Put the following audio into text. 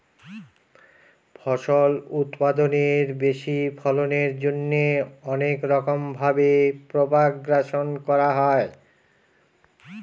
ফল উৎপাদনের বেশি ফলনের জন্যে অনেক রকম ভাবে প্রপাগাশন করা হয়